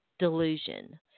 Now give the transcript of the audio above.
delusion